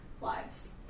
lives